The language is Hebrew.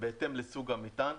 בהתאם לסוג המטען.